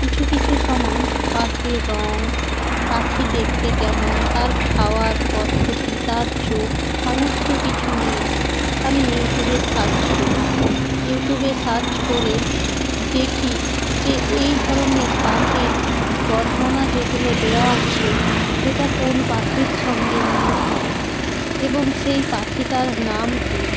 কিছু কিছু সময় পাখির রঙ পাখি দেখতে কেমন তার খাওয়ার পদ্ধতি তার চোখ সমস্ত কিছু নিয়ে আমি ইউটিউবে সার্চ করি ইউটিউবে সার্চ করে দেখি যে এই ধরনের পাখির বর্ণনা যেগুলো দেওয়া আছে সেটা কোন পাখির সঙ্গে মিল খায় এবং সেই পাখিটার নাম কী